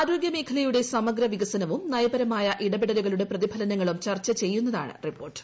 ആരോഗ്യ മേഖലയുടെ സമഗ്ര പ്ര പ്പിക്സനവും നയപരമായ ഇടപെടലുകളുടെ പ്രതിഫലനങ്ങളും ചൂർച്ച ചെയ്യുന്നതാണ് റിപ്പോർട്ട്